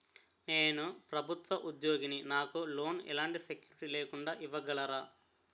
నేను ప్రభుత్వ ఉద్యోగిని, నాకు లోన్ ఎలాంటి సెక్యూరిటీ లేకుండా ఇవ్వగలరా?